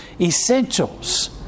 essentials